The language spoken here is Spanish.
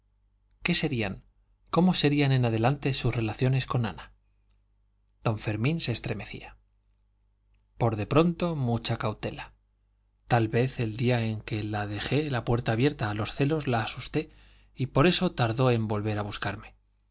qué serían cómo serían en adelante sus relaciones con ana don fermín se estremecía por de pronto mucha cautela tal vez el día en que dejé la puerta abierta a los celos la asusté y por eso tardó en volver a buscarme